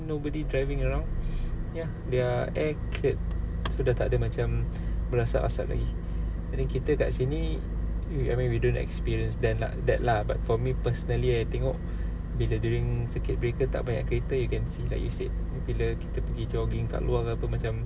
nobody driving around ya their air cleared so tak ada macam berasap-asap lagi and then kita kat sini I mean we don't experience that that lah but for me personally I tengok bila during circuit breaker tak banyak kereta you can see like you said bila kita pergi jogging kat luar ke apa macam